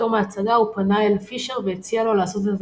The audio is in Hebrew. בתום ההצגה הוא פנה אל פישר והציע לו לעשות את